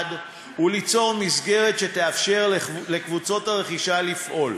וליצור מסגרת שתאפשר לקבוצות הרכישה לפעול,